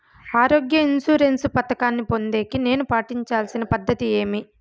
ఆరోగ్య ఇన్సూరెన్సు పథకాన్ని పొందేకి నేను పాటించాల్సిన పద్ధతి ఏమి?